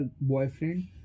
boyfriend